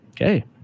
Okay